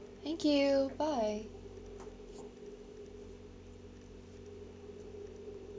thank you bye